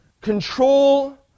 control